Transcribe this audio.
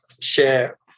share